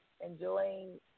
enjoying